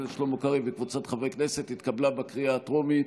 הכנסת שלמה קרעי וקבוצת חברי הכנסת התקבלה בקריאה הטרומית,